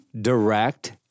direct